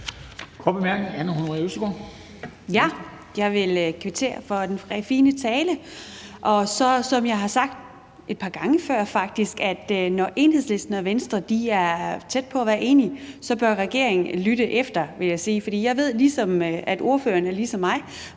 Jeg vil kvittere for den fine tale, og som jeg faktisk har sagt et par gange før: Når Enhedslisten og Venstre er tæt på at være enige, bør regeringen lytte efter. Jeg ved, at ordføreren ligesom mig